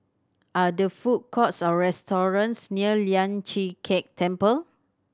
are there food courts or restaurants near Lian Chee Kek Temple